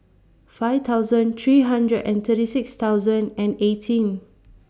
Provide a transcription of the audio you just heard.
five thousand three hundred and thirty six thousand and eighteen